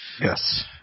Yes